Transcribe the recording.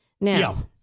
Now